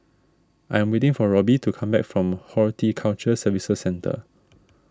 I am waiting for Robbie to come back from Horticulture Services Centre